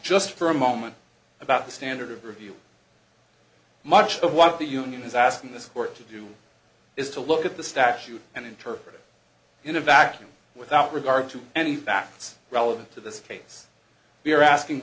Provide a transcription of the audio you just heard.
just for a moment about the standard of review much of what the union is asking this court to do is to look at the statute and interpret it in a vacuum without regard to any facts relevant to this case we are asking